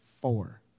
four